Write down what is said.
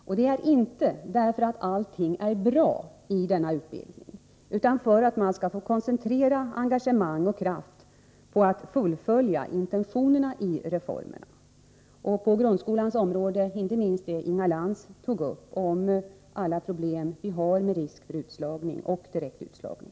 Och det är inte därför att allting är bra i denna utbildning, utan för att man skall få koncentrera engagemang och kraft på att fullfölja intentionerna i reformerna. Inte minst på grundskolans område har vi problem med utslagning och risk för utslagning, som Inga Lantz nämnde.